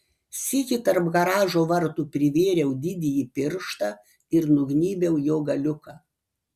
sykį tarp garažo vartų privėriau didįjį pirštą ir nugnybiau jo galiuką